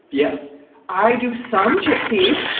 yeah i do some chickpeas,